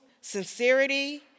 Sincerity